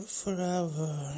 forever